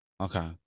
okay